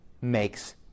makes